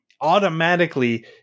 automatically